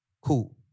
Cool